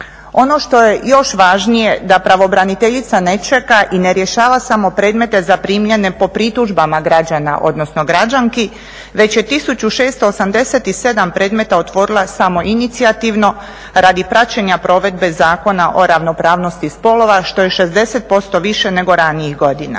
Ono što je još važnije da pravobraniteljica ne čeka i ne rješava samo predmete zaprimljene po pritužbama građana odnosno građanki već je 1687 predmeta otvorila samoinicijativno radi praćenja provedbe Zakona o ravnopravnosti spolova što je 60% više nego ranijih godina.